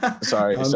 sorry